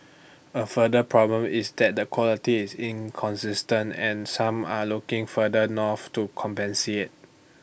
A further problem is that the quality is inconsistent and some are looking further north to compensate